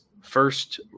first